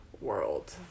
world